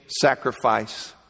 sacrifice